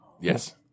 Yes